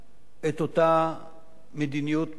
את אותה מדיניות ביטחונית.